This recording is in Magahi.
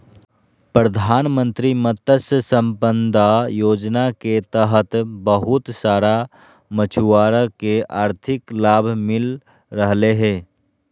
प्रधानमंत्री मत्स्य संपदा योजना के तहत बहुत सारा मछुआरा के आर्थिक लाभ मिल रहलय हें